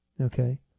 okay